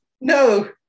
No